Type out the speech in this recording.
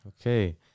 Okay